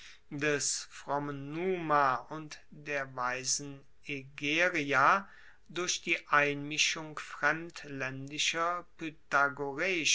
des frommen numa und der weisen egeria durch die einmischung fremdlaendischer